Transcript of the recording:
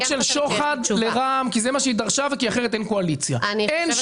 סוג של שוחד לרע"מ כי זה מה שהיא דרשה כי אחרת אין קואליציה.